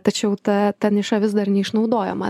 tačiau ta ta niša vis dar neišnaudojama